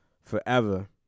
forever